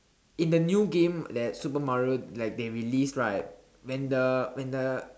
in the new game that Super Mario like they release right when the when the